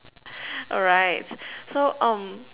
alright so um